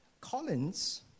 Collins